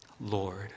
Lord